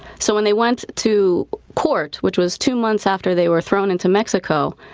so when they went to court, which was two months after they were thrown into mexico,